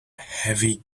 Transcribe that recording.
heavy